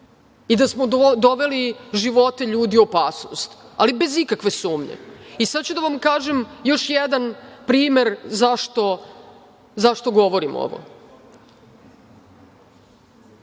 i da smo doveli živote ljudi u opasnost, ali bez ikakve sumnje. Sad ću da vam kažem još jedan primer zašto govorim ovo.